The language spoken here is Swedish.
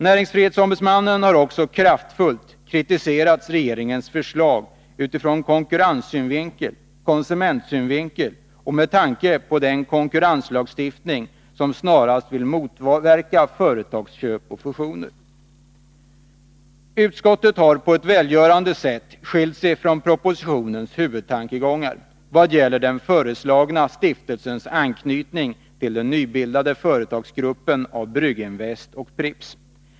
Näringsfrihetsombudsmannen har också kraftfullt kritiserat regeringens förslag ur konkurrenssynvinkel, konsumentsynvinkel och med tanke på den nya konkurrenslagstiftningen som snarast vill motverka företagsköp och fusioner. Utskottet har på ett välgörande sätt skilt sig från propositionens huvudtankegångar i vad gäller den föreslagna stiftelsens anknytning till den nybildade företagsgruppen av Brygginvest och Pripps.